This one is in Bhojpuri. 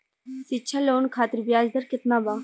शिक्षा लोन खातिर ब्याज दर केतना बा?